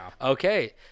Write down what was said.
Okay